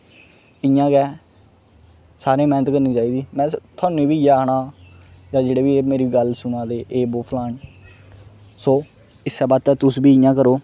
इ'यां गै सारें गी मैहनत करनी चाहिदी में थुहानूं बी इ'यै आक्खना जां जेह्डे बी मेरी गल्ल सुना दे एह् बो फलान सौ इस्सै बास्तै तुस बी इ'यां करो